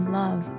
love